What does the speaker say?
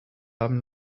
haben